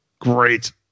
Great